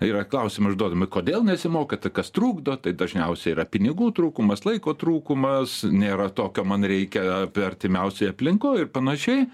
yra klausimai užduodami kodėl nesimokėt kas trukdo tai dažniausiai yra pinigų trūkumas laiko trūkumas nėra tokio man reikia apie artimiausioj aplinkoj ir panašiai